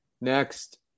next